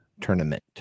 tournament